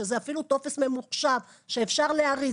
שזה אפילו טופס ממוחשב שאפשר להריץ